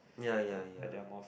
ya ya ya